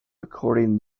recording